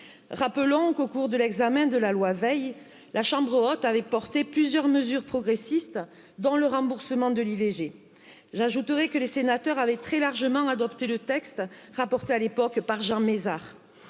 Rappelons qu'au cours de l'examen de la loi Veil, la chambre haute avait porté plusieurs mesures progressistes dont le remboursement de l'ivg j'ajouterai que les sénateurs avaient très largement adopté le texte rapporté à l'époque par jean mézard